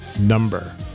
number